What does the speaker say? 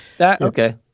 Okay